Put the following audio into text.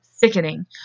Sickening